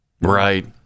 Right